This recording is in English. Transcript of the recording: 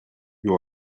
you